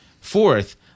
Fourth